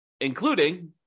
including